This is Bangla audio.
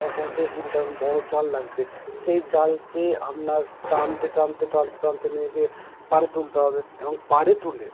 পনেরো থেকে কুড়িটা বড়ো জাল লাগবে সেই জালকে আপনার টানতে টানতে টানতে টানতে নিয়ে গিয়ে পাড়ে তুলতে হবে এবং পাড়ে তুলে